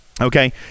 okay